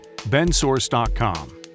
bensource.com